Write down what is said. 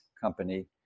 company